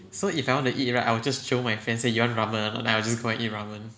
so if I wanna eat right I will just jio my friend say you want ramen or no then I will just go and eat ramen